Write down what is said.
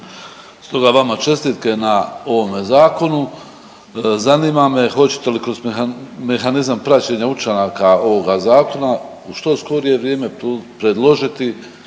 Stoga vama čestitke na ovome zakonu. Zanima me hoćete li kroz mehanizam praćenja učinaka ovoga zakona u što skorije vrijeme predložiti